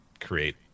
create